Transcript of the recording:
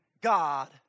God